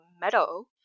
meadow